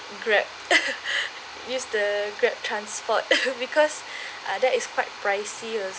Grab used the Grab transport because uh that is quite pricey